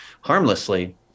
harmlessly